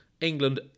England